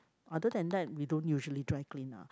other than that we don't usually dry clean now